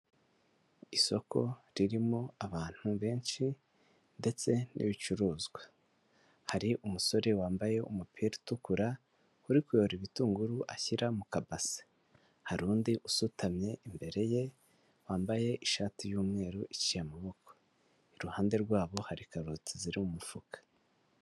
Isoko ririmo abantu benshi ndetse n'ibicuruzwa, hari umusore wambaye umupira utukura uri kuyora ibitunguru ashyira mu kabase, hari undi usutamye imbere ye wambaye ishati y'umweru iciye amaboko iruhande rwabo hari karoti ziri mu mufuka.